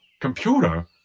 computer